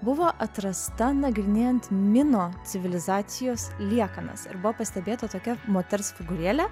buvo atrasta nagrinėjant mino civilizacijos liekanas ir buvo pastebėta tokia moters figūrėlė